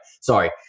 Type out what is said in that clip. Sorry